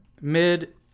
mid